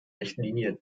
richtlinie